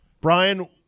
Brian